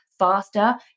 Faster